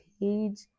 page